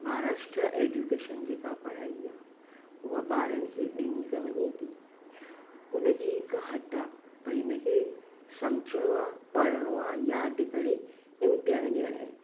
Maharashtra education जेका पढ़ाई आहे उहा ॿारनि खे ॾिनी त वञे थी उन जी हिकु हदि आहे पर हिन खे सम्झणो आहे पढ़णो आहे यादि करे इम्तिहान ॾियणा आहिनि